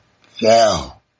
fell